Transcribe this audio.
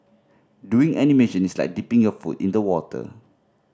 doing animation is like dipping your foot in the water